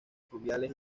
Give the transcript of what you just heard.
fluviales